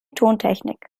tontechnik